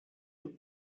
him